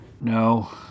No